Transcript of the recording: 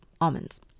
almonds